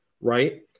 right